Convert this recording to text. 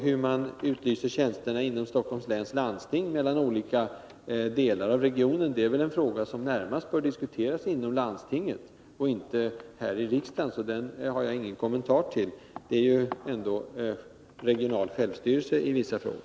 Hur man utlyser tjänsterna inom Stockholms läns landsting för att få läkare till olika delar av regionen är en fråga som närmast bör diskuteras inom landstinget och inte här i riksdagen, så den har jag ingen kommentar till. Det är ju ändå en viss regional självstyrelse i dessa frågor.